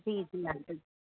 जी जी आंटी